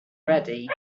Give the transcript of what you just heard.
ready